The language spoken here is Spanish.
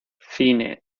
cine